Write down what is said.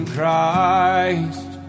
Christ